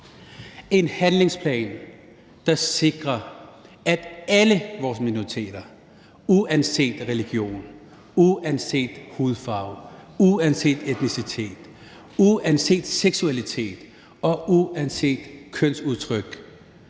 en handlingsplan, der sikrer, at alle vores minoriteter, uanset religion, uanset hudfarve, uanset etnicitet, uanset seksualitet og uanset kønsudtryk